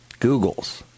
Googles